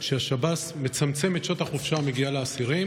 שהשב"ס מצמצם את שעות החופשה המגיעות לאסירים.